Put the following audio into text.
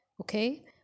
Okay